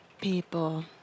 people